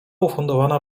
ufundowana